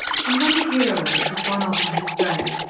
and when the hero of it had gone off on his drag,